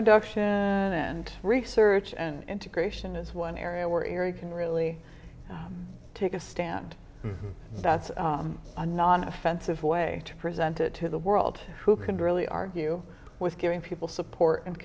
reduction and research and integration is one area where area can really take a stand that's a non offensive way to present it to the world who can really argue with giving people support and